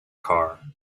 car